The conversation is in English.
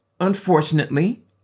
unfortunately